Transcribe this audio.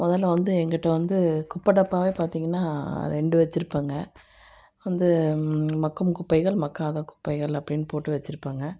மொதலில் வந்து என்கிட்ட வந்து குப்பை டப்பாவே பார்த்தீங்கன்னா ரெண்டு வெச்சிருப்பேங்க வந்து மக்கும் குப்பைகள் மக்காத குப்பைகள் அப்படின்னு போட்டு வெச்சிருப்பேங்க